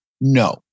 No